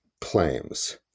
claims